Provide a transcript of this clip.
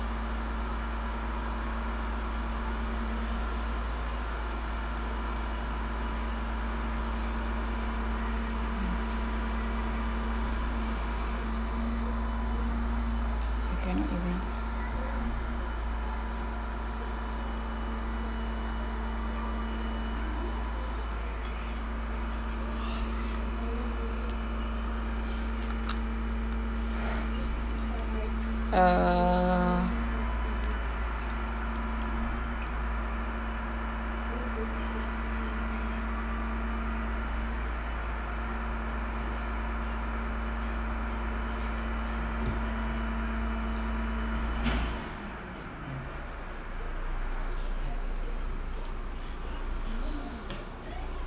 err